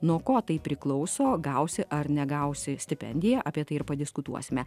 nuo ko tai priklauso gausi ar negausi stipendiją apie tai ir padiskutuosime